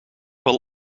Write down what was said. wel